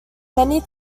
many